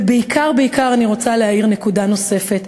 ובעיקר, בעיקר, אני רוצה להעיר נקודה נוספת: